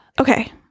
Okay